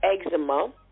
eczema